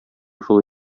шул